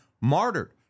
martyred